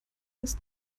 ist